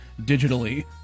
digitally